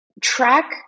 track